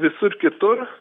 visur kitur